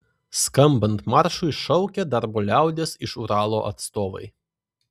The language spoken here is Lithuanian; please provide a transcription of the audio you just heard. skambant maršui šaukė darbo liaudies iš uralo atstovai